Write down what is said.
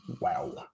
wow